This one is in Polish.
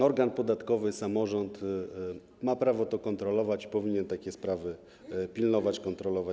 Organ podatkowy, samorząd ma prawo to kontrolować, powinien takie sprawy pilnować, kontrolować.